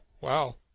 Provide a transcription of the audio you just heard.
wow